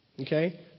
Okay